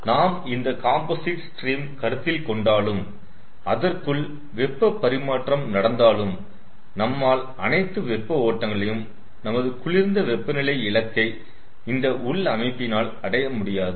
நாம் இந்த composite stream கருத்தில் கொண்டாலும் அதற்குள் வெப்பப் பரிமாற்றம் நடந்தாலும் நம்மால் அனைத்து வெப்ப ஓட்டங்களையும் நமது குளிர்ந்த வெப்பநிலை இலக்கை இந்த உள் அமைப்பினால் அடைய முடியாது